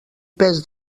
pes